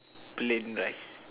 plain rice